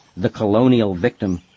the colonial victim.